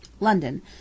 London